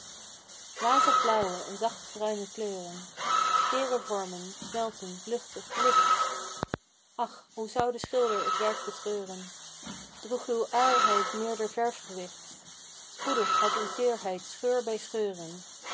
wazig blauwe en zachte bruine kleuren teere vormen smeltend luchtig licht ach hoe zou de schilder t werk betreuren droeg uw ijlheid meerder verfgewicht spoedig had uw teerheid scheur bij scheuren